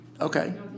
Okay